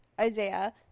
Isaiah